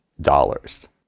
dollars